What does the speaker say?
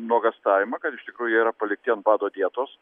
nuogąstavimą kad iš tikrųjų jie yra palikti ant bado dietos